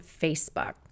Facebook